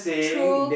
true